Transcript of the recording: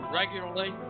regularly